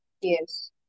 Yes